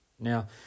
Now